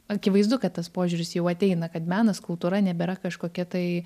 akivaizdu kad tas požiūris jau ateina kad menas kultūra nebėra kažkokia tai